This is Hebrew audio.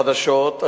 החדשות,